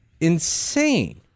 insane